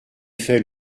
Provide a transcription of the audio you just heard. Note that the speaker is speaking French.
fait